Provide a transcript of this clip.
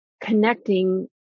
connecting